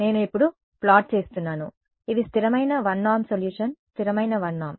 నేను ఇప్పుడు ప్లాట్ చేస్తున్నాను ఇవి స్థిరమైన 1 నార్మ్ సొల్యూషన్ స్థిరమైన 1 నార్మ్